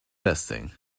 testing